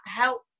help